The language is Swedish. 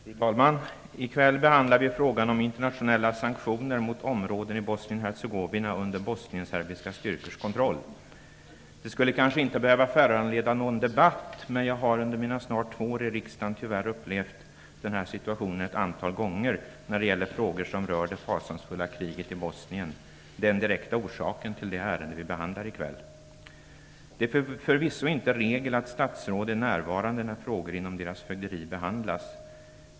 Fru talman! I kväll behandlar vi frågan om internationella sanktioner mot områden i Bosnien Det skulle kanske inte behöva föranleda någon debatt, men jag har under mina snart två år i riksdagen tyvärr upplevt den här situationen ett antal gånger när det gäller frågor som rör det fasansfulla kriget i Bosnien, den direkta orsaken till det ärende som vi behandlar i kväll. Det är förvisso inte regel att statsråd är närvarande när frågor inom deras fögderi behandlas.